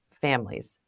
families